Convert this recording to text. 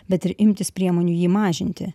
bet ir imtis priemonių jį mažinti